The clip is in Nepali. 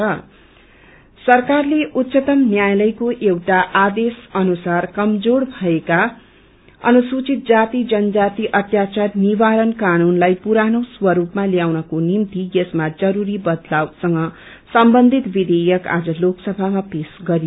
एससीएसटी विल सरकारले उच्चतम न्यायालयको एउटा आदेश अनुसार कमजोर भएका अनुसूचित जाति जनजाति अत्याचार निवारण कानूनलाई पुरानो स्वरूपमा ल्याउनको निम्ति यसमा जरूरी बदलावसँग सम्बन्धित विधेयक आज लोकसभामा पेश गरयो